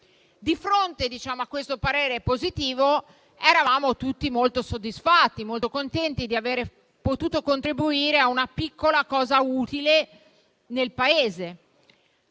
Di fronte a questo parere positivo, eravamo tutti molto soddisfatti e molto contenti di aver potuto contribuire a una piccola cosa utile nel Paese.